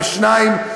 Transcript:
בשניים,